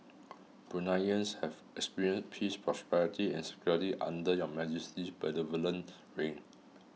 Bruneians have experienced peace prosperity and security under Your Majesty's benevolent reign